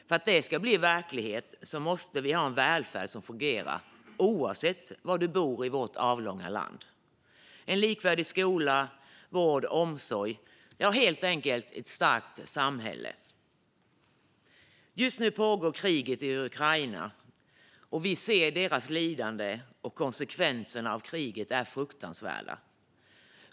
För att detta ska bli verklighet måste vi ha en välfärd som fungerar, oavsett var i vårt avlånga land man bor, och en likvärdig skola, vård och omsorg - helt enkelt ett starkt samhälle. Just nu pågår kriget i Ukraina. Vi ser deras lidande, och konsekvenserna av kriget är fruktansvärda.